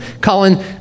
Colin